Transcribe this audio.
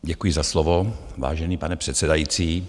Děkuji za slovo, vážený pane předsedající.